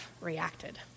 reacted